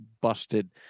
busted